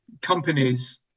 companies